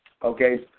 Okay